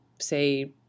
say